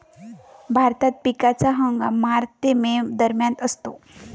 भारतात पिकाचा हंगाम मार्च ते मे दरम्यान असतो